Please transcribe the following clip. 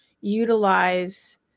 utilize